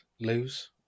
lose